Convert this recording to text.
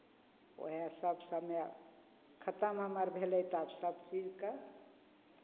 उएहसभ समय खतम हमर भेलै तऽ आब सभ चीजके